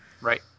Right